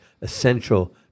essential